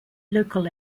local